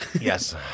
Yes